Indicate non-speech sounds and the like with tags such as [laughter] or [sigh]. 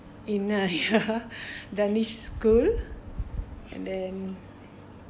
in uh [laughs] ya danish school and then